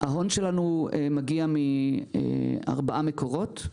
ההון שלנו מגיע מארבעה מקורות.